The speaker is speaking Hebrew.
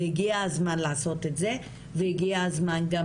והגיע הזמן לעשות את זה והגיע הזמן גם